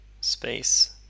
space